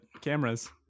cameras